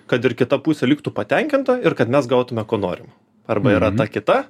kad ir kita pusė liktų patenkinta ir kad mes gautume ko norim arba yra ta kita